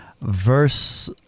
verse